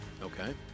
Okay